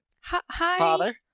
Hi